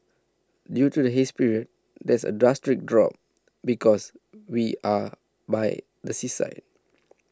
due to the haze period there's a drastic drop because we are by the seaside